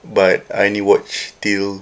but I only watch till